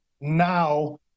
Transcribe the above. Now